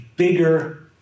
bigger